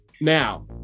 Now